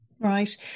Right